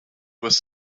was